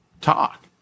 talk